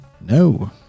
No